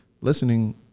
listening